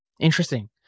interesting